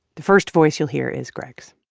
the first voice you'll hear is greg's